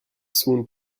soon